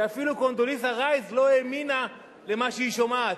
שאפילו קונדוליסה רייס לא האמינה למה שהיא שומעת.